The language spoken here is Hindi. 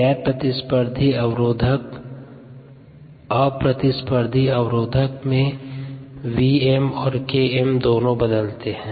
गैर प्रतिस्पर्धी अवरोधक अप्रतिस्पर्धी अवरोधक में Vm और Km दोनों बदलते हैं